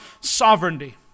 sovereignty